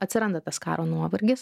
atsiranda tas karo nuovargis